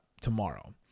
tomorrow